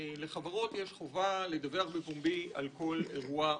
לחברות יש חובה לדווח בפומבי על כל "אירוע מהותי".